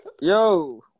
Yo